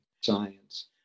science